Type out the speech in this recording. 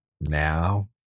Now